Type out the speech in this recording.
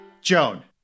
Joan